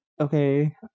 okay